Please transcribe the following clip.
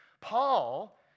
Paul